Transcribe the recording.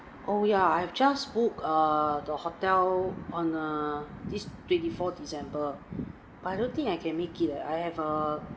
oh ya I've just booked err the hotel on uh this twenty four december but I don't think I can make it eh I have a